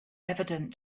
evident